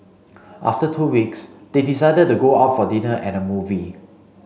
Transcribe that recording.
after two weeks they decided to go out for dinner and movie